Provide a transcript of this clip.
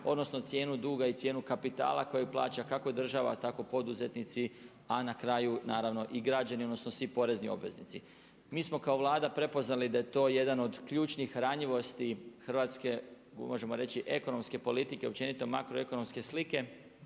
odnosno cijenu duga i cijenu kapitala koji plaća kako država, tako poduzetnici, a na kraju građani odnosno svi porezni obveznici. Mi smo kao Vlada prepoznali da je to jedan od ključnih ranjivosti hrvatske možemo reći ekonomske politike općenito makroekonomske slike